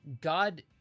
God